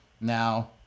Now